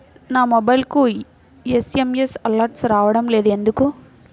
నా మొబైల్కు SMS alerts రావడం లేదు ఎందుకు?